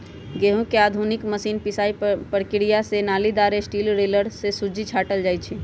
गहुँम के आधुनिक मशीन पिसाइ प्रक्रिया से नालिदार स्टील रोलर से सुज्जी छाटल जाइ छइ